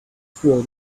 throw